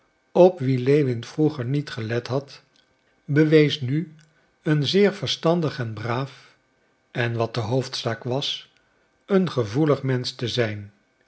op wien lewin vroeger niet gelet had bewees nu een zeer verstandig en braaf en wat de hoofdzaak was een gevoelig mensch te zijn